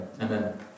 Amen